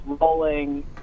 rolling